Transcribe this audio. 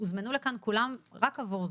הוזמנו לכאן כולם רק עבור זה.